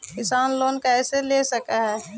किसान लोन कैसे ले सक है?